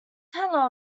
hullo